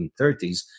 1930s